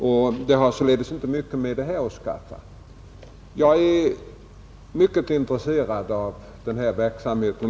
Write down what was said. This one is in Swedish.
Den saken har således inte mycket med det här att skaffa. Jag är mycket intresserad av denna verksamhet.